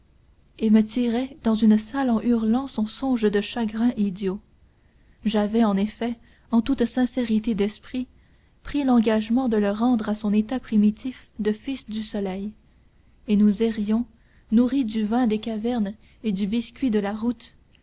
et me tirait dans la salle en hurlant son songe de chagrin idiot j'avais en effet en toute sincérité d'esprit pris l'engagement de le rendre à son état primitif de fils du soleil et nous errions nourris du vin des cavernes et du biscuit de la route